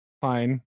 fine